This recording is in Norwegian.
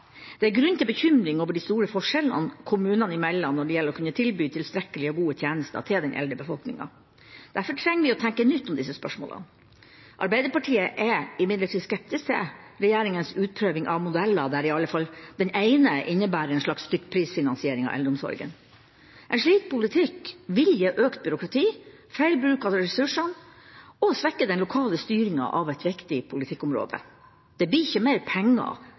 Det er grunn til bekymring over de store forskjellene kommunene imellom når det gjelder å kunne tilby tilstrekkelig gode tjenester til den eldre befolkninga. Derfor trenger vi å tenke nytt om disse spørsmålene. Arbeiderpartiet er imidlertid skeptisk til regjeringas utprøving av modeller der i alle fall den ene innebærer en slags stykkprisfinansiering av eldreomsorgen. En slik politikk vil gi økt byråkrati, feil bruk av ressursene og svekke den lokale styringa av et viktig politikkområde. Det blir ikke mer penger